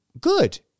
good